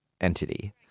entity